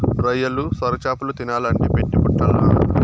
రొయ్యలు, సొరచేపలు తినాలంటే పెట్టి పుట్టాల్ల